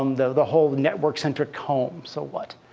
um the the whole network-centered comb. so what?